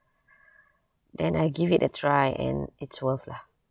then I give it a try and it's worth lah